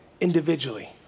individually